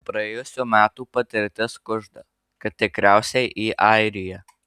praėjusių metų patirtis kužda kad tikriausiai į airiją